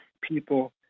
people